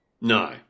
No